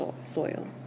soil